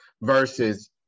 versus